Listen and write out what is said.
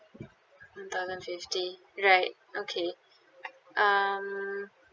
one thousand fifty right okay um